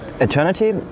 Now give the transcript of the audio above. eternity